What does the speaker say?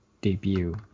debut